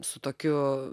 su tokiu